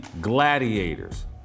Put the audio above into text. gladiators